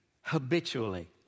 habitually